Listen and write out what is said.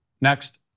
next